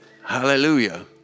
Hallelujah